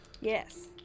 Yes